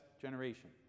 generation